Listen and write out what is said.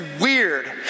weird